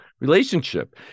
relationship